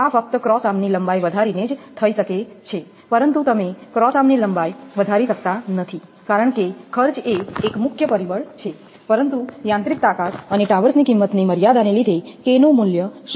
આ ફક્ત ક્રોસ આર્મની લંબાઈ વધારીને જ થઈ શકે છે પરંતુ તમે ક્રોસ આર્મની લંબાઈ વધારી શકતા નથી કારણ કે ખર્ચ એ એક મુખ્ય પરિબળ છે પરંતુ યાંત્રિક તાકાત અને ટાવર્સની કિંમતની મર્યાદાને લીધે K નું મૂલ્ય 0